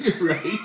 Right